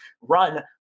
run